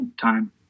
time